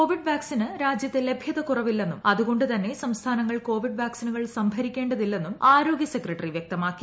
Covid വാക്സിന് രാജ്യത്ത് ലഭൃതക്കുറവില്ലെന്നും അതുകൊണ്ടു തന്നെ സംസ്ഥാനങ്ങൾ കൊവിഡ് വാക്സിനുകൾ സംഭരിക്കേണ്ടതില്ലെന്നും ആരോഗൃ സെക്രട്ടറി വൃക്തമാക്കി